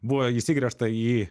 buvo įsigręžta į